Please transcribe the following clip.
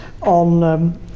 on